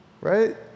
right